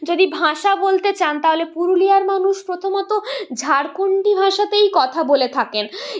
যদি ভাষা বলতে চান তাহলে পুরুলিয়ার মানুষ প্রথমত ঝারখুন্ডি ভাষাতেই কথা বলে থাকেন